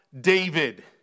David